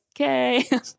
okay